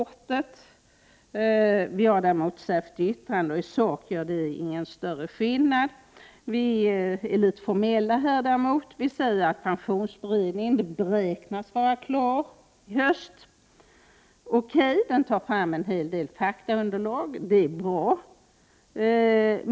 Vi har däremot ett särskilt yttrande, och i sak innebär det ingen större skillnad. Vi är litet formella i yttrandet. Vi säger att pensionsberedningen beräknas avsluta arbetet i höst. Okej, man tar i beredningen fram en hel del faktaunderlag, och det är bra.